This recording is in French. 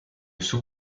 sous